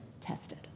tested